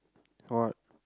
what